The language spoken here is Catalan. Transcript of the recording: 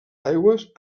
aigües